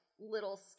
little